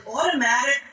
automatic